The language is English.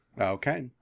Okay